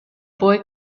boy